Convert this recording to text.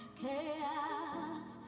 chaos